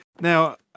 now